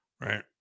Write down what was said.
right